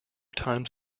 times